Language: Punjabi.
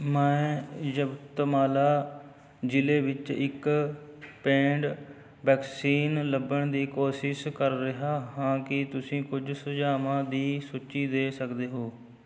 ਮੈਂ ਯਵਤਮਾਲਾ ਜ਼ਿਲ੍ਹੇ ਵਿੱਚ ਇੱਕ ਪੇਂਡ ਵੈਕਸੀਨ ਲੱਭਣ ਦੀ ਕੋਸ਼ਿਸ਼ ਕਰ ਰਿਹਾ ਹਾਂ ਕੀ ਤੁਸੀਂ ਕੁਝ ਸੁਝਾਵਾਂ ਦੀ ਸੂਚੀ ਦੇ ਸਕਦੇ ਹੋ